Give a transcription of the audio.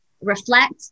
reflect